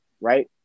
right